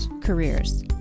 careers